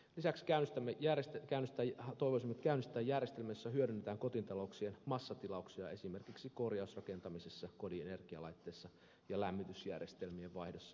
lisäksi toivoisimme että käynnistetään järjestelmä jossa hyödynnetään kotitalouksien massatilauksia esimerkiksi korjausrakentamisessa kodin energialaitteissa ja lämmitysjärjestelmien vaihdossa